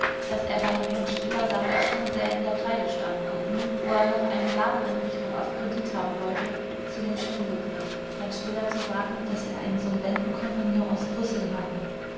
daß er bei herrn stiller damals schon sehr in der kreide stand und nun wo er noch eine ladeneinrichtung auf kredit haben wollte zu dem schwindel griff herrn stiller zu sagen daß er einen solventen kompagnon aus brüssel habe